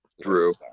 Drew